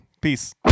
peace